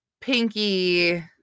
Pinky